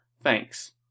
Thanks